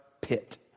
pit